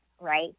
right